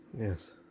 yes